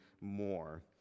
more